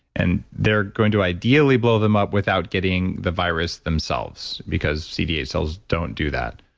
and they're going to ideally blow them up without getting the virus themselves, because c t eight cells don't do that.